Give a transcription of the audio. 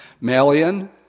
Malian